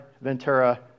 Ventura